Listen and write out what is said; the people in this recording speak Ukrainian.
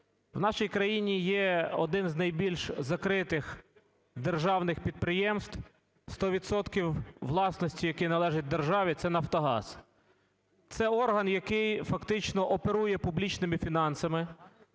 В нашій країні є одне з найбільш закритих державних підприємств, 100 відсотків власності якого належить державі, – це "Нафтогаз". Це орган, який фактично оперує публічними фінансами,